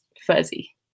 fuzzy